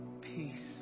peace